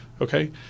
Okay